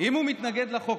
אם הוא מתנגד לחוק.